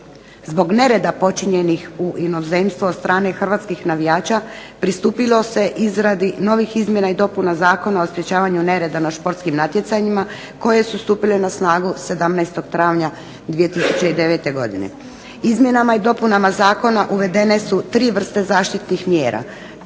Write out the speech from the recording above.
Zbog nereda počinjenih u inozemstvu od strane hrvatskih navijača pristupilo se izradi novih izmjena i dopuna Zakona o sprječavanju nereda na športskim natjecanjima koje su stupile na snagu 17. travnja 2009. godine. Izmjenama i dopunama zakona uvedene su tri vrste zaštitnih mjera,